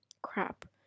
crap